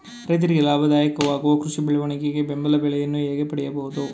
ರೈತರಿಗೆ ಲಾಭದಾಯಕ ವಾಗುವ ಕೃಷಿ ಬೆಳೆಗಳಿಗೆ ಬೆಂಬಲ ಬೆಲೆಯನ್ನು ಹೇಗೆ ಪಡೆಯಬಹುದು?